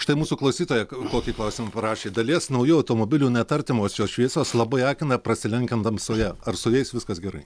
štai mūsų klausytoja kokį klausimą parašė dalies naujų automobilių net artimosios šviesos labai akina prasilenkiant tamsoje ar su jais viskas gerai